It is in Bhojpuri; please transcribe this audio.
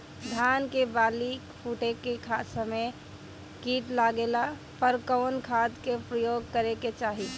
धान के बाली फूटे के समय कीट लागला पर कउन खाद क प्रयोग करे के चाही?